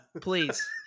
please